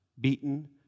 beaten